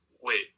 wait